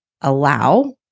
allow